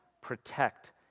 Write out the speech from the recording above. protect